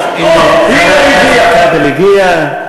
הנה איתן כבל הגיע.